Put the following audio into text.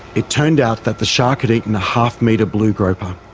it turned out that the shark had eaten a half-metre blue grouper.